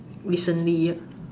recently ah